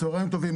צהרים טובים.